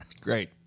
great